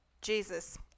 Jesus